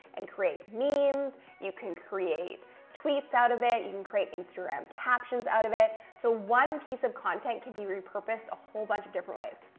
and create memes, you can create tweets out of it, you can create instagram captions out of it. so, one piece of content can be repurposed a whole bunch of different ways.